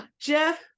Jeff